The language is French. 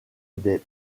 des